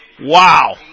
Wow